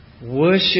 Worship